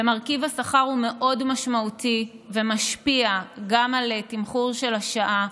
ומרכיב השכר הוא מאוד משמעותי ומשפיע גם על התמחור של השעה.